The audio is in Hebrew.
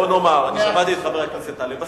בוא נאמר: אני שמעתי את חבר הכנסת טלב אלסאנע,